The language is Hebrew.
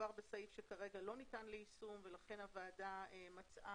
מדובר בסעיף שכרגע לא ניתן ליישום ולכן הוועדה מצאה